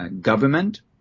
government